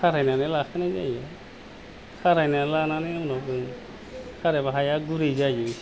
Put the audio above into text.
खारायनानै लाखानाय जायो खारायनानै लानानै उनाव जों खारायबा हाया गुरै जायो